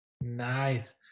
Nice